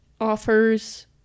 offers